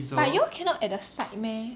but you all cannot at the side meh